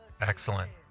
Excellent